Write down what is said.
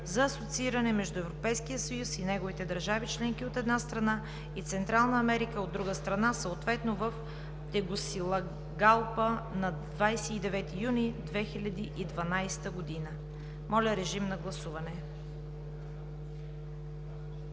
за асоцииране между Европейския съюз и неговите държави членки, от една страна, и Централна Америка, от друга страна, съответно в Тегусигалпа на 29 юни 2012 г.“ Моля, режим на гласуване.